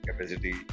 capacity